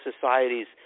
societies